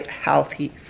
healthy